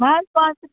نہَ حظ پانٛژھ